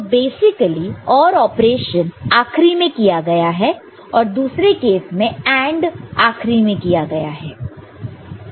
तो basically OR operation आखरी में किया गया है और दूसरे केस में AND आखरी में किया गया है